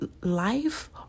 life